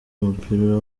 w’umupira